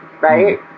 right